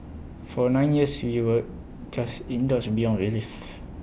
for nine years we were just indulged beyond belief